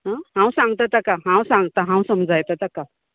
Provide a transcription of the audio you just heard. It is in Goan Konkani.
आं हांव सांगता ताका हांव सांगतां हांव समजायता ताका